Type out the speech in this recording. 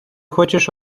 хочеш